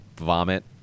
vomit